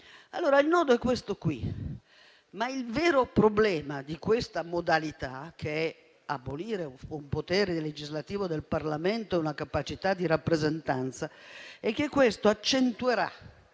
Il nodo è questo qui. Ma il vero problema di questa modalità, che è abolire il potere legislativo del Parlamento e la sua capacità di rappresentanza, è che questo accentuerà